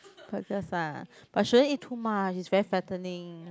breakfast ah but shouldn't eat too much it's very fattening